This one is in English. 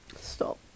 Stop